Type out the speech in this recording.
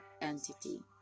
entity